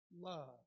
Love